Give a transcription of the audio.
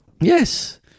Yes